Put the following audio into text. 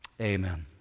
amen